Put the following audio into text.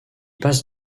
passe